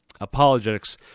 Apologetics